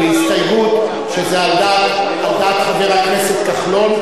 ובהסתייגות שזה על דעת חבר הכנסת כחלון,